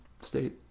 State